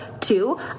Two